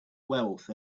wealth